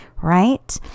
right